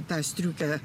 tą striukę